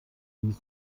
dies